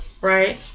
Right